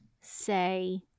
say